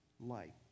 light